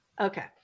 Okay